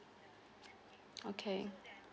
okay